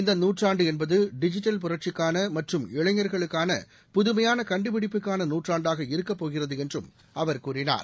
இந்த நூற்றாண்டு என்பது டிஜிட்டல் புரட்சிக்காள மற்றும் இளைஞர்களுக்கான புதுமையான கண்டுபிடிப்புக்கான நூற்றாண்டாக இருக்கப் போகிறது என்றும் அவர் கூறினார்